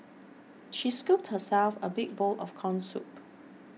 she scooped herself a big bowl of Corn Soup